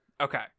Okay